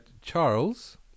Charles